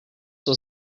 was